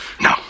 No